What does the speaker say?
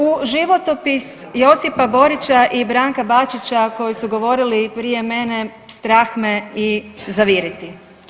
U životopis Josipa Borića i Branka Bačića koji su govorili i prije mene strah me i zaviriti.